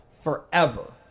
forever